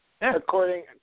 According